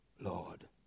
Lord